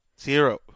Zero